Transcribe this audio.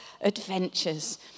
adventures